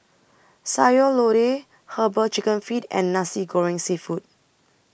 Sayur Lodeh Herbal Chicken Feet and Nasi Goreng Seafood